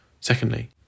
Secondly